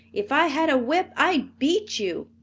if i had a whip, i'd beat you!